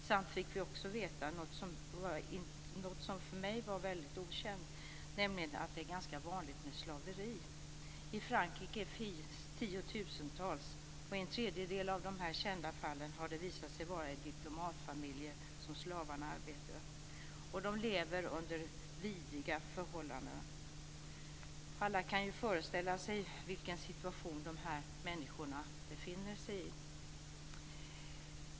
Vi fick också veta något som för mig var väldigt okänt, nämligen att det är ganska vanligt med slaveri. I Frankrike finns tiotusentals. I en tredjedel av de kända fallen har det visat sig att slavarna arbetar i diplomatfamiljer. De lever under vidriga förhållanden. Alla kan ju föreställa sig vilken situation de här människorna befinner sig i.